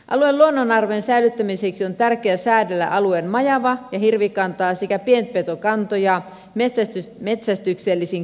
alueen luonnonarvojen säilyttämiseksi on tärkeää säädellä alueen majava ja hirvikantaa sekä pienpetokantoja metsästyksellisin keinoin